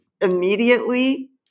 immediately